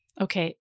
Okay